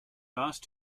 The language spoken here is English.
asked